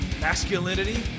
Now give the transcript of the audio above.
masculinity